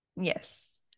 yes